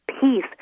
peace